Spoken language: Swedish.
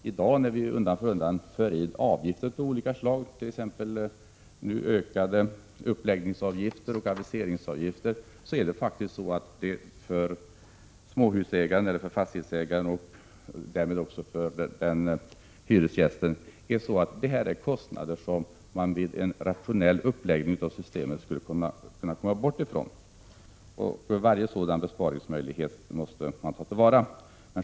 I dag införs undan för undan nya avgifter, t.ex. ökade uppläggningsavgifter, aviseringsavgifter osv. Dessa kostnader borde man vid en rationell uppläggning kunna komma bort ifrån. Varje sådan besparingsmöjlighet måste man ta till vara.